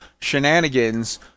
shenanigans